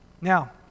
now